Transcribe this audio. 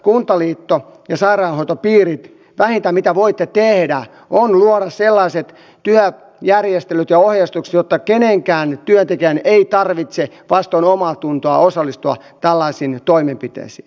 kuntaliitto ja sairaanhoitopiirit vähintä mitä voitte tehdä on luoda sellaiset työjärjestelyt ja ohjeistukset jotta kenenkään työntekijän ei tarvitse vastoin omaatuntoa osallistua tällaisiin toimenpiteisiin